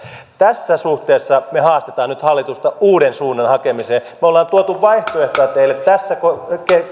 tässä suhteessa me haastamme nyt hallitusta uuden suunnan hakemiseen me olemme tuoneet vaihtoehtoja teille